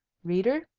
reader,